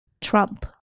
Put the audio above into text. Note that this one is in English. trump